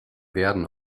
werden